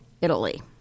Italy